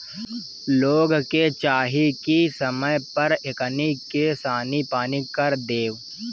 लोग के चाही की समय पर एकनी के सानी पानी कर देव